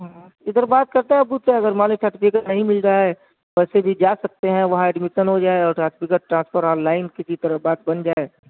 اِدھر بات کرتا ابو سے اگر مان لیتا ہے تو ٹھیک ہے نہیں مِل رہا ہے ویسے بھی جا سکتے ہیں وہاں ایڈمیشن ہو جائے اور سرٹیفیکٹ ٹرانسفر آن لائن کسی طرح بات بن جائے